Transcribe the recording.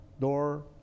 door